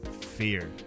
fear